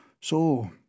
So